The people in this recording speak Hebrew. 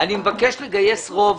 שאני מבקש לגייס רוב